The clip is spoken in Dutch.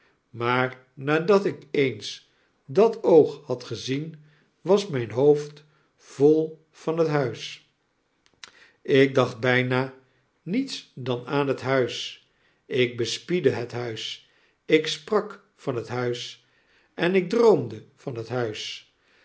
maar nadat ik eens dat oog had gezien was mijn hoofd vol van het huis ik dacht byna niets dan aan het huis ik bespiedde het huis ik sprak van het huis en ik droomde van het huis